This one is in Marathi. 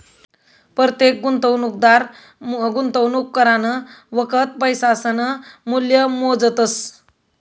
परतेक गुंतवणूकदार गुंतवणूक करानं वखत पैसासनं मूल्य मोजतस